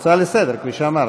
הצעה לסדר-היום, כפי שאמרתי.